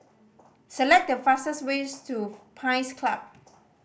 select the fastest ways to Pines Club